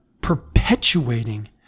perpetuating